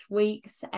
week's